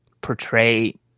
portray